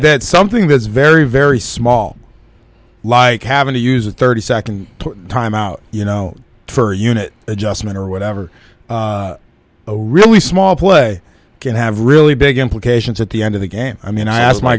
that something that is very very small like having to use a thirty second time out you know for unit adjustment or whatever a really small play can have really big implications at the end of the game i mean i asked my